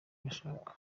bashaka